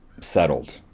settled